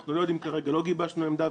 כרגע לא גיבשנו עמדה,